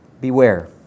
beware